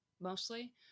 mostly